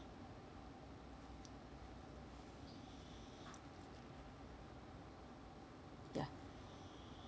yeah